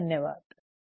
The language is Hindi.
अलविदा